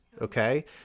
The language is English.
okay